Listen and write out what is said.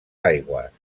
aigües